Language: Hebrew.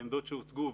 העמדות שהוצגו,